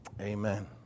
Amen